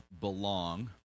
Belong